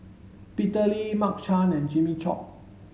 Peter Lee Mark Chan and Jimmy Chok